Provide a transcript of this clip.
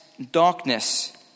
Darkness